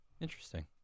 Interesting